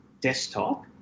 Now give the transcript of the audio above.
desktop